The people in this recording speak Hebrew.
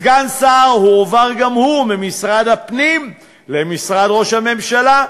סגן שר הועבר גם הוא ממשרד הפנים למשרד ראש הממשלה,